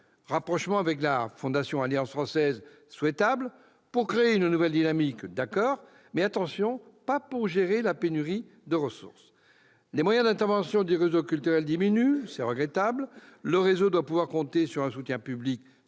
rapprochement avec la Fondation Alliance française est souhaitable pour créer une nouvelle dynamique. Mais attention, pas pour gérer la pénurie de ressources ! Les moyens d'intervention du réseau culturel diminuent ; c'est regrettable. Ce réseau doit pouvoir compter sur un soutien public